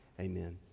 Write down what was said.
amen